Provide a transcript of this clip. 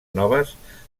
noves